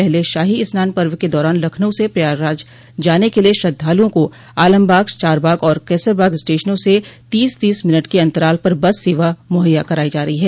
पहले शाही स्नान पर्व के दौरान लखनऊ से प्रयागराज जाने के लिये श्रद्धालुओं को आलमबाग चारबाग़ और कैसरबाग स्टेशनों से तीस तीस मिनट के अंतराल पर बस सेवा मुहैया कराई जा रही है